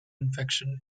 infection